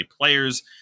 players